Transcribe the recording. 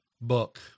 book